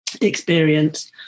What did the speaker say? experience